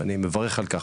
ואני מברך על כך.